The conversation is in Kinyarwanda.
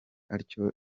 atyo